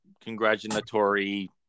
congratulatory